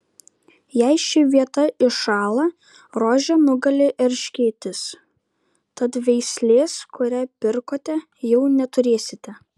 jei ši vieta iššąla rožę nugali erškėtis tad veislės kurią pirkote jau neturėsite